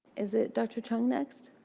is it dr. cheng next?